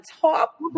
top